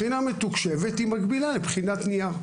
בסוף בחינה מתוקשבת היא מקבילה לבחינת נייר,